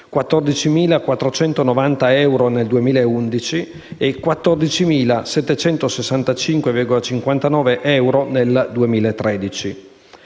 14.490 euro nel 2011 e 14.765,59 euro nel 2013).